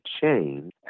change